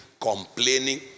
complaining